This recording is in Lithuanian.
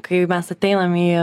kai mes ateinam į